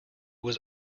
was